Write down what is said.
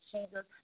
Jesus